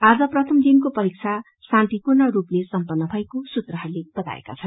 आज प्राथ्म दिनको परीक्षा शान्पिूर्ण ढंगले सम्पन्न भएको सूत्रहरूले बताएका छन्